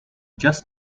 just